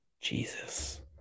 Jesus